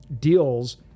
deals